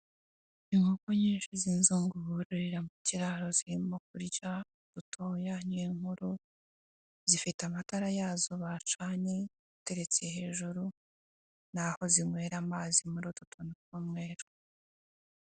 Inkoko nyinshi z'inzungu bororera mu kiraro zirimo kurya utuntu dutoya, harimo inkuru zifite amatara yazo bacana hejuru naho zinywera amazi muri utwo tuntu tw'umweru.